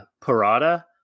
Parada